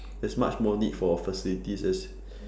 there's much more need for facilities as